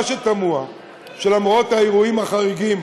מה שתמוה הוא שלמרות האירועים החריגים